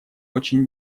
очень